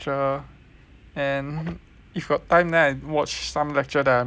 and if got time then I watch some lecture that I missed lor